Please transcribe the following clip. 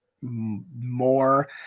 more